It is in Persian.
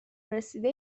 رسیده